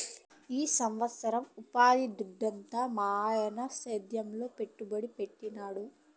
ఈ సంవత్సరం ఉపాధి దొడ్డెంత మాయన్న సేద్యంలో పెట్టుబడి పెట్టినాడు